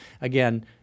Again